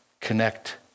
connect